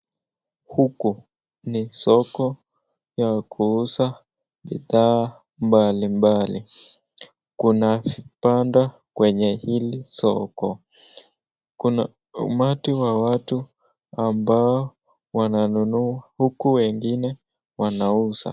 Huko ni solo ya kuuza bidhaa mbalimbali kuna vibanda kwenye hili soko. Kuna umati wa watu ambao wananunua huku wengine wanauza.